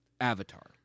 Avatar